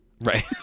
Right